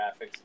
graphics